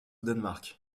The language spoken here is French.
danemark